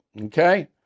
okay